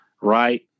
right